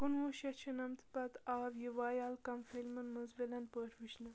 کُنوُہ شتھ شُنَمتہٕ پتہٕ آو یہِ ویال کم فِلمَن منٛز وِلن پٲٹھۍ وُچھنہٕ